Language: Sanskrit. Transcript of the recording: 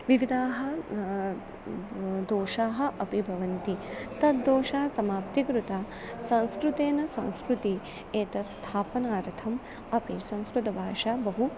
विविधाः दोषाः अपि भवन्ति तद्दोषाः समाप्तिं कृता संस्कृतेन संस्कृतिः एतत् स्थापनार्थम् अपि संस्कृतभाषा बहु